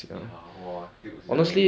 !wah! tilt sia